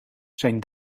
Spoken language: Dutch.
zijn